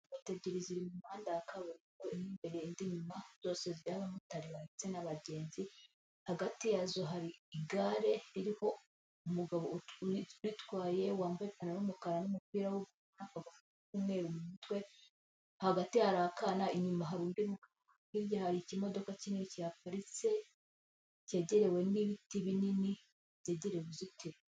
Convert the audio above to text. Moto eby'iri ziri mu muhanda wa kaburimbo, imbere indi inyuma zose z'abamotari ndetse, n'abagenzi hagati yazo, hari igare riho umugabo ubitwaye wambaye ipantaro y'umukara, n'umupira w'umweru, naka gofero k'umweru mu mutwe, hagati arahakana inyuma hari undi mugabo, hirya hari ikimodoka kinini cyihaparitse cyegerewe n'ibiti binini byegereye uruzitiro.